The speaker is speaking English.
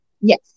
Yes